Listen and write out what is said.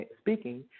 speaking